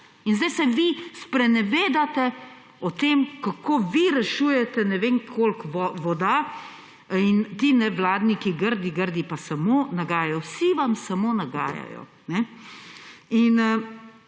In zdaj se vi sprenevedate o tem, kako vi rešujete ne vem koliko voda in ti nevladniki, grdi grdi, pa samo nagajajo. Vsi vam samo nagajajo.